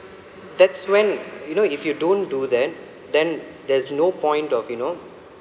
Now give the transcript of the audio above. that's when you know if you don't do that then there's no point of you know